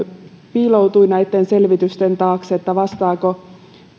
piiloutui näitten selvitysten taakse vastaavatko